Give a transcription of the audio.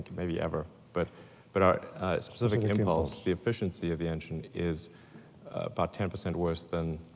maybe ever, but but our specific impulse, the efficiency of the engine is about ten percent worse than